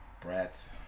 brats